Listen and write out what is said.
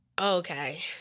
Okay